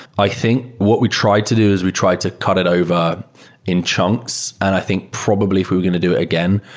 i think what we tried to do is we tried to cut it over in chunks, and i think probably if we were going to do it again,